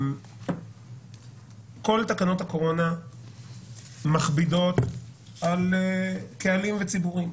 כל תקנות הקורונה מכבידות על קהלים וציבורים.